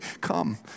come